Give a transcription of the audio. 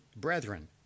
brethren